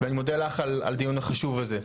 ואני מודה לך על הדיון החשוב הזה.